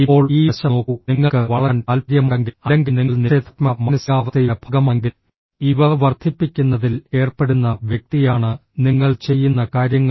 ഇപ്പോൾ ഈ വശം നോക്കൂ നിങ്ങൾക്ക് വളരാൻ താൽപ്പര്യമുണ്ടെങ്കിൽ അല്ലെങ്കിൽ നിങ്ങൾ നിഷേധാത്മക മാനസികാവസ്ഥയുടെ ഭാഗമാണെങ്കിൽ ഇവ വർദ്ധിപ്പിക്കുന്നതിൽ ഏർപ്പെടുന്ന വ്യക്തിയാണ് നിങ്ങൾ ചെയ്യുന്ന കാര്യങ്ങൾ